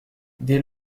dès